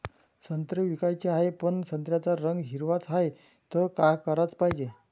संत्रे विकाचे हाये, पन संत्र्याचा रंग हिरवाच हाये, त का कराच पायजे?